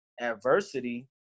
adversity